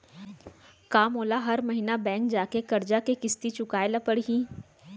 का मोला हर महीना बैंक जाके करजा के किस्ती चुकाए ल परहि?